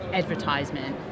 advertisement